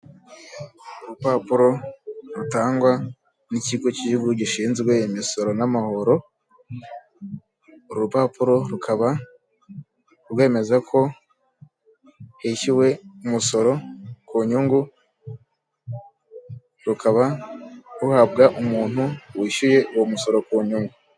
Urupapuro rutangwa n'ikigo k'igihugu gishinzwe imisoro n'amahoro, urupapuro rukaba rwemeza ko hishyuwe umusoro ku nyungu, rukaba ruhabwa umuntu wishyuye uwo musoro ku nyungu.